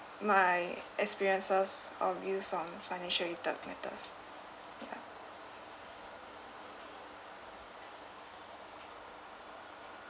my experiences of use on financial-related matters